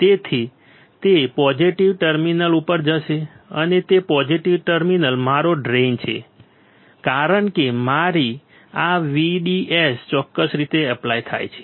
તેથી તે positive terminal ઉપર જશે અને તે પોઝિટિવ ટર્મિનલ મારો ડ્રેઇન છે કારણ કે મારી આ VDS ચોક્કસ રીતે એપ્લાય થાય છે